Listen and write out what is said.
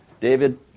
David